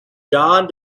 john